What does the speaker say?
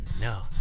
No